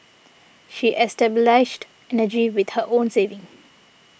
she established energy with her own savings